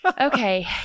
Okay